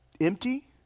empty